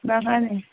मा गारि